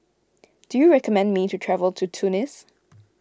do you recommend me to travel to Tunis